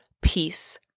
peace